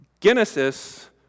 Genesis